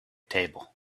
table